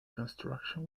construction